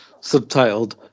subtitled